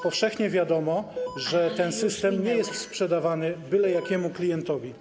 Powszechnie wiadomo, że ten system nie jest sprzedawany byle jakiemu klientowi.